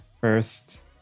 first